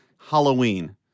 Halloween